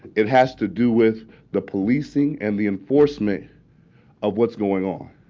it has to do with the policing and the enforcement of what's going on.